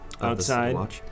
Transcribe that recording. Outside